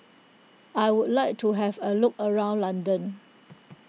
I would like to have a look around London